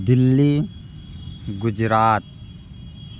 Delhi Gujarat